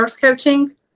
coaching